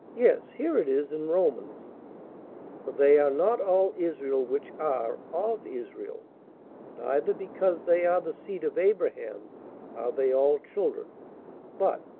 yes, here it is in romans for they are not all israel which are of israel neither, because they are the seed of abraham, are they all children but,